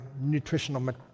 nutritional